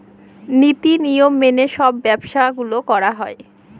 নীতি নিয়ম মেনে সব ব্যবসা গুলো করা হয়